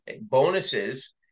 bonuses